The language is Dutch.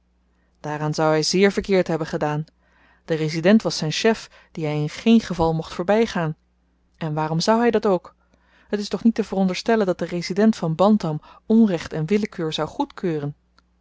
daaraan zou hy zeer verkeerd hebben gedaan de resident was zyn chef dien hy in geen geval mocht voorbygaan en waarom zou hy dat ook het is toch niet te veronderstellen dat de resident van bantam onrecht en willekeur zou goedkeuren